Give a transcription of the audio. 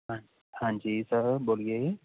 ਹਾਂਜੀ ਹਾਂਜੀ ਸਰ ਬੋਲੀਏ